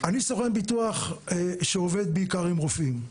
אני סוכן ביטוח שעובד בעיקר עם רופאים.